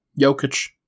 Jokic